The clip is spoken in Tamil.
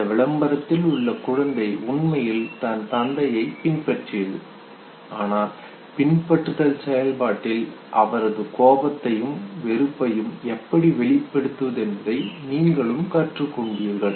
அந்த விளம்பரத்தில் உள்ள குழந்தை உண்மையில் தன் தந்தையை பின்பற்றியது ஆனால் பின்பற்றுதல் செயல்பாட்டில் அவரது கோபத்தையும் வெறுப்பையும் எப்படி வெளிப்படுத்துவது என்பதை நீங்களும் கற்றுக்கொள்கிறீர்கள்